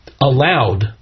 allowed